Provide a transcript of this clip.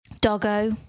Doggo